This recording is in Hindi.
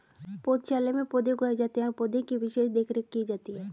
पौधशाला में पौधे उगाए जाते हैं और पौधे की विशेष देखरेख की जाती है